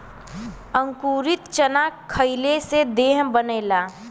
अंकुरित चना खईले से देह बनेला